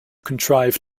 contrive